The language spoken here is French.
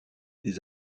des